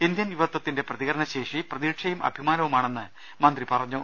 Indian യുവത്തിന്റെ പ്രതി കരണ ശേഷി പ്രതീക്ഷയും അഭിമാനവുമാണെന്ന് മന്ത്രി പറഞ്ഞു